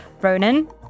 Ronan